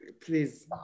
please